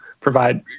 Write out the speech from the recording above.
provide